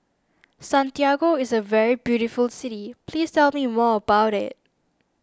Santiago is a very beautiful city please tell me more about it